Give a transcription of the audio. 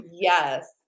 Yes